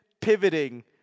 pivoting